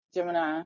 Gemini